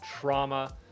trauma